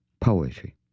poetry